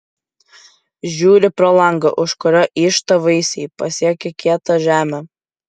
žiūri pro langą už kurio yžta vaisiai pasiekę kietą žemę